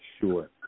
sure